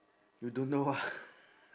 you don't know